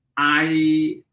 i